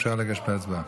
אפשר לגשת להצבעה.